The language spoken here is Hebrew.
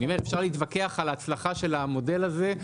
אפשר להתווכח על ההצלחה של המודל הזה,